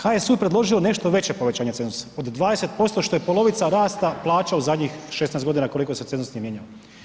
HSU je predložio nešto veće povećanje cenzusa, od 20%, što je polovica rasta plaća u zadnjih 16.g. koliko se cenzus nije mijenjao.